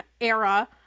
era